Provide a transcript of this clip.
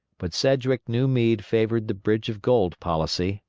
but sedgwick knew meade favored the bridge of gold policy,